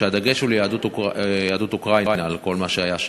והדגש הוא על יהדות אוקראינה, על כל מה שהיה שם.